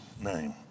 name